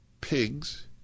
pigs